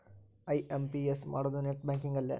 IMPS ಮಾಡೋದು net banking ಅಲ್ಲೆ